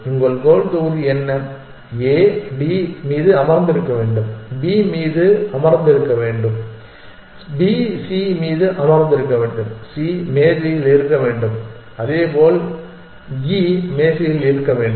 உங்கள் கோல் தொகுதி என்ன A D மீது அமர்ந்திருக்க வேண்டும் B மீது அமர்ந்திருக்க வேண்டும் B C மீது அமர்ந்திருக்க வேண்டும் C மேஜையில் இருக்க வேண்டும் அதேபோல் E மேசையில் இருக்க வேண்டும்